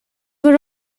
were